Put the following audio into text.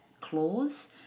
clause